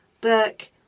book